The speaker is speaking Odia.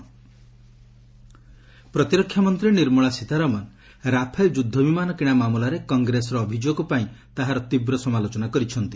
ଏଲ୍ଏସ୍ ରାଫେଲ୍ ରିପ୍ଲାଏ ପ୍ରତିରକ୍ଷା ମନ୍ତ୍ରୀ ନିର୍ମଳା ସୀତାରମଣ ରାଫେଲ ଯୁଦ୍ଧ ବିମାନ କିଣା ମାମଲାରେ କଂଗ୍ରେସର ଅଭିଯୋଗ ପାଇଁ ତାହାର ତୀବ୍ର ସମାଲୋଚନା କରିଛନ୍ତି